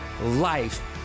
life